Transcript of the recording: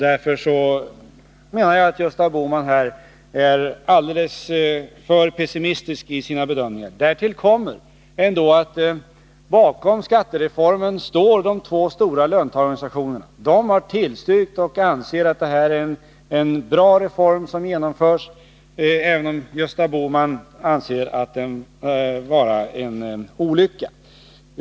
Därför menar jag att Gösta Bohman här är alldeles för pessimistisk i sina bedömningar. Därtill kommer att bakom skattereformen står de två stora löntagarorganisationerna. De har tillstyrkt och anser att det är en bra reform som genomförs, även om Gösta Bohman anser den vara en olycka.